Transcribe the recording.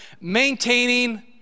maintaining